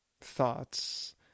thoughts